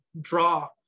draw